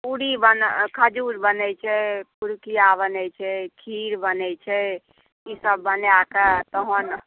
पुरी बनल खजुर बनै छै पुरुकिया बनै छै खीर बनै छै ई सभ बनाकऽ तहन